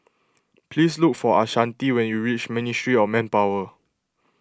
please look for Ashanti when you reach Ministry of Manpower